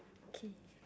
okay